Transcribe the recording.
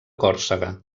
còrsega